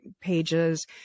pages